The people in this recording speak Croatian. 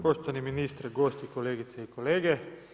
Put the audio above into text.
Poštovani ministre, gosti, kolegice i kolege.